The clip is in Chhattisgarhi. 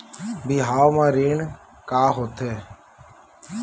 बिहाव म ऋण का होथे?